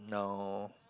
no